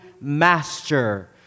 master